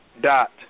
dot